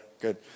good